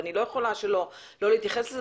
ואני לא יכולה לא להתייחס לזה,